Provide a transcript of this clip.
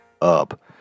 up